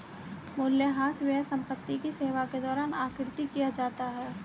मूल्यह्रास व्यय संपत्ति की सेवा के दौरान आकृति किया जाता है